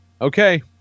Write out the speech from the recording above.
okay